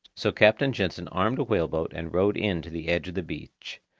so captain jansen armed a whale-boat and rowed in to the edge of the beach.